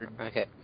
Okay